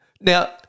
Now –